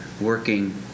working